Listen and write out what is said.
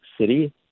city